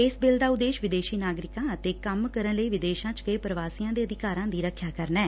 ਇਸ ਬਿੱਲ ਦਾ ਉਦੇਸ਼ ਵਿਦੇਸ਼ੀ ਨਾਗਰਿਕਾਂ ਅਤੇ ਕੰਮ ਕਰਨ ਲਈ ਵਿਦੇਸ਼ਾਂ ਚ ਗਏ ਪ੍ਰਵਾਸੀਆਂ ਦੇ ਅਧਿਕਾਰਾਂ ਦੀ ਰਖਿਆ ਕਰਨਾ ਐ